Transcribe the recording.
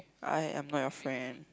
I am not your friend